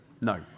No